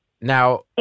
Now